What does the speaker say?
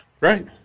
Right